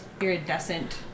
iridescent